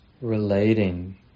Relating